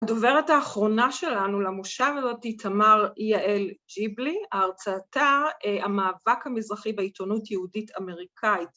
‫הדוברת האחרונה שלנו למושב הזה ‫היא תמר יעל ג'יבלי, ‫הרצאתה, המאבק המזרחי ‫בעיתונות יהודית-אמריקאית